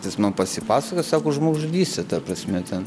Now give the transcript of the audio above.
jis man pasipasakojo sako už žmogžudystę ta prasme ten